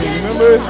Remember